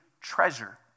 treasure